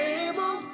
able